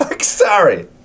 Sorry